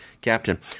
captain